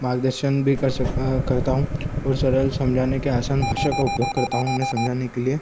मार्गदर्शन भी कर सक करता हूँ और सरल समझाने का आसान भाषा का उपयोग करता हूँ उन्हें समझाने के लिए